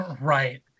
Right